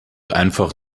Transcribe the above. einfach